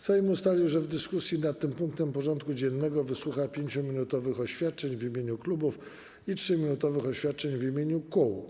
Sejm ustalił, że w dyskusji nad tym punktem porządku dziennego wysłucha 5-minutowych oświadczeń w imieniu klubów i 3-minutowych oświadczeń w imieniu kół.